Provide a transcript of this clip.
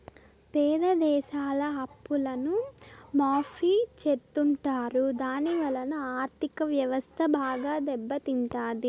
పేద దేశాల అప్పులను మాఫీ చెత్తుంటారు దాని వలన ఆర్ధిక వ్యవస్థ బాగా దెబ్బ తింటాది